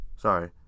sorry